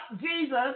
Jesus